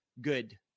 good